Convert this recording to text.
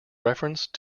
reference